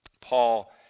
Paul